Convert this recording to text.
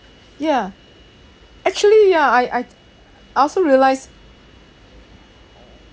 ya actually ya I I I also realised